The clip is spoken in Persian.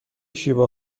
شیوا